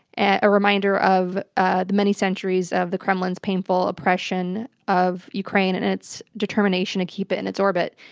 a reminder of ah the many centuries of the kremlin's painful oppression of ukraine, and it's determination to keep it in its orbit.